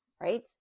right